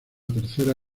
tercera